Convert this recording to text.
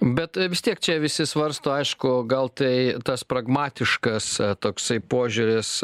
bet vis tiek čia visi svarsto aišku gal tai tas pragmatiškas toksai požiūris